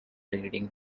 reading